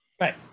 Right